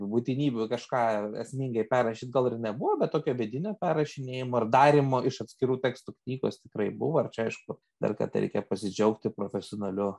būtinybių kažką esmingai perrašyt gal ir nebuvo bet tokio vidinio perrašinėjimo ar darymo iš atskirų tekstų knygos tikrai buvo ir čia aišku dar kartą reikia pasidžiaugti profesionaliu